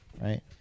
Right